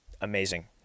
amazing